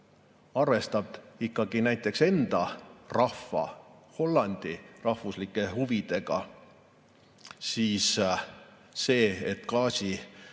arvestab ikkagi näiteks enda rahva, Hollandi rahvuslike huvidega, siis gaasi